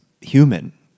human